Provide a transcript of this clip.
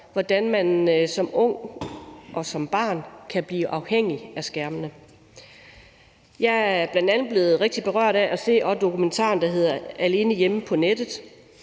hvordan man som ung og som barn kan blive afhængig af skærmene. Jeg er bl.a. blevet rigtig berørt af at se dokumentaren, der hedder »Alene hjemme på nettet«.